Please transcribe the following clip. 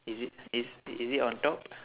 is it is is it on top